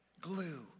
Glue